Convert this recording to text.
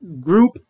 Group